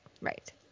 Right